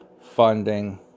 funding